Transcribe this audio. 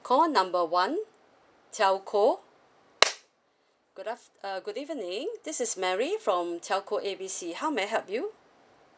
call number one telco good aft~ uh good evening this is mary from telco A B C how may I help you